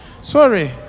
sorry